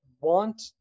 want